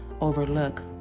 overlook